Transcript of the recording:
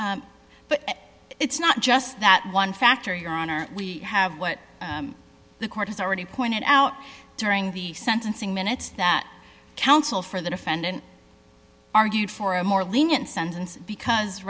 conviction it's not just that one factor your honor we have what the court has already pointed out during the sentencing minutes that counsel for the defendant argued for a more lenient sentence because